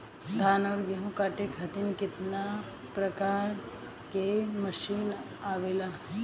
धान और गेहूँ कांटे खातीर कितना प्रकार के मशीन आवेला?